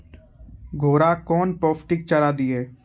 घोड़ा कौन पोस्टिक चारा दिए?